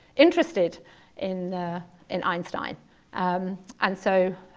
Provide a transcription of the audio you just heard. interested in in einstein um and so,